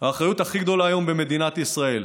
האחריות הכי גדולה היום במדינת ישראל,